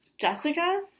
Jessica